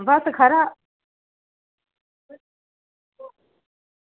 बस खरा